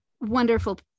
wonderful